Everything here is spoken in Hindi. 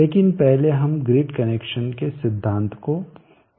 लेकिन पहले हम ग्रिड कनेक्शन के सिद्धांत को देखतें हैं